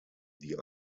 die